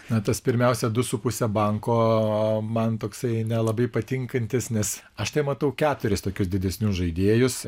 na tas pirmiausia du su puse banko man toksai nelabai patinkantis nes aš tai matau keturis tokius didesnius žaidėjus